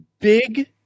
big